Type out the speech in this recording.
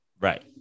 Right